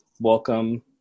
welcome